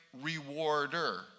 rewarder